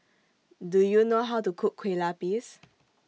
Do YOU know How to Cook Kueh Lapis